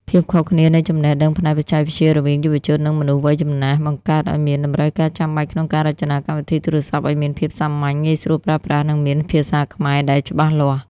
ភាពខុសគ្នានៃចំណេះដឹងផ្នែកបច្ចេកវិទ្យារវាងយុវជន និងមនុស្សវ័យចំណាស់ បង្កើតឱ្យមានតម្រូវការចាំបាច់ក្នុងការរចនាកម្មវិធីទូរស័ព្ទឱ្យមានភាពសាមញ្ញ ងាយស្រួលប្រើប្រាស់ និងមានភាសាខ្មែរដែលច្បាស់លាស់។